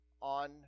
on